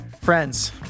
friends